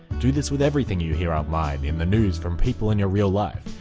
do this with everything you hear online, in the news, from people in your real life.